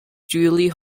julie